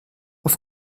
auf